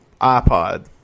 iPod